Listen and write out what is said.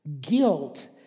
Guilt